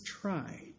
try